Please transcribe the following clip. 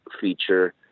feature